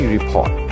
Report